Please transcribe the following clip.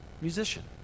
musician